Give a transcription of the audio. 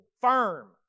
firm